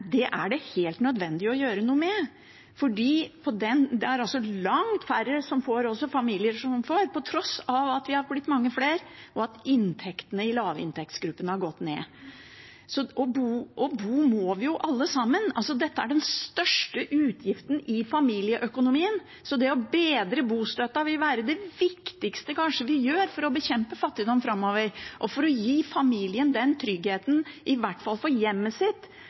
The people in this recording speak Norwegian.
Det er det helt nødvendig å gjøre noe med. Det er også langt færre familier som får, på tross av at det har blitt mange flere, og at inntekten i lavinntektsgruppene har gått ned. Å bo må vi alle sammen, og dette er den største utgiften i familieøkonomien. Så det å bedre bostøtten vil kanskje være det viktigste vi gjør for å bekjempe fattigdom framover og for å gi familien den tryggheten, i hvert fall for hjemmet sitt,